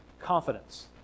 Confidence